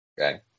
Okay